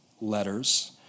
letters